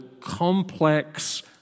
complex